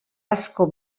asko